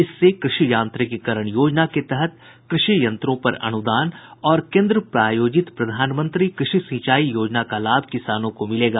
इससे कृषि यांत्रिकरण योजना के तहत कृषि यंत्रों पर अनुदान और केंद्र प्रायोजित प्रधानमंत्री कृषि सिंचाई योजना का लाभ किसानों को मिलेगा